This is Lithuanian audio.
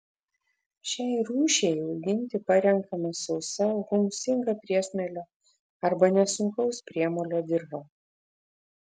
šiai rūšiai auginti parenkama sausa humusingą priesmėlio arba nesunkaus priemolio dirva